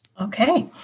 Okay